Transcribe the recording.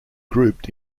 grouped